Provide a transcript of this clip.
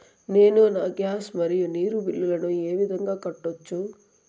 నేను నా గ్యాస్, మరియు నీరు బిల్లులను ఏ విధంగా కట్టొచ్చు?